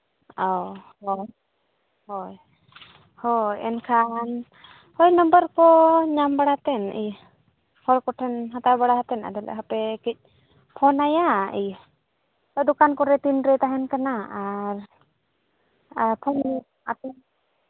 ᱚ ᱦᱳᱭ ᱦᱳᱭ ᱦᱳᱭ ᱮᱱᱠᱷᱟᱱ ᱯᱷᱳᱱ ᱱᱚᱢᱵᱚᱨ ᱠᱚ ᱧᱟᱢ ᱵᱟᱲᱟ ᱛᱮ ᱤᱭᱟᱹ ᱦᱚᱲ ᱠᱚ ᱴᱷᱮᱱ ᱦᱟᱛᱟᱣ ᱵᱟᱲᱟ ᱠᱟᱛᱮ ᱟᱫᱚ ᱞᱮ ᱞᱟᱹᱭᱮᱫᱼᱟ ᱦᱟᱯᱮ ᱠᱟᱹᱡ ᱯᱷᱳᱱᱟᱭᱟ ᱮᱹᱭ ᱫᱚᱠᱟᱱ ᱠᱚᱨᱮ ᱛᱤᱱ ᱨᱮᱭ ᱛᱟᱦᱮᱱ ᱠᱟᱱᱟ ᱟᱨ ᱟᱨ ᱯᱷᱳᱱ ᱟᱛᱮ